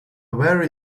very